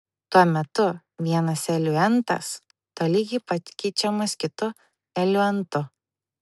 tuo metu vienas eliuentas tolygiai pakeičiamas kitu eliuentu